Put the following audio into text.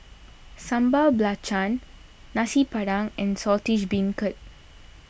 Sambal Belacan Nasi Padang and Saltish Beancurd